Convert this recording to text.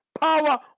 power